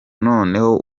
noneho